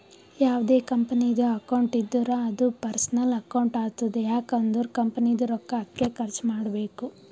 ಯಾವ್ದೇ ಕಂಪನಿದು ಅಕೌಂಟ್ ಇದ್ದೂರ ಅದೂ ಪರ್ಸನಲ್ ಅಕೌಂಟ್ ಆತುದ್ ಯಾಕ್ ಅಂದುರ್ ಕಂಪನಿದು ರೊಕ್ಕಾ ಅದ್ಕೆ ಖರ್ಚ ಮಾಡ್ಬೇಕು